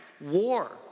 war